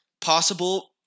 possible